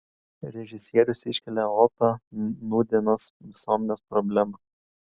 režisierius iškelia opią nūdienos visuomenės problemą